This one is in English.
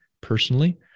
personally